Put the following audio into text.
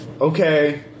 okay